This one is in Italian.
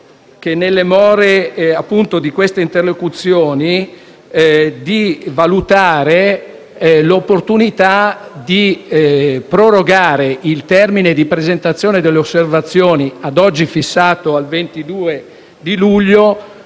e, nelle more di queste interlocuzioni, valutare l'opportunità di prorogare il termine di presentazione delle osservazioni, ad oggi fissato al 22 luglio,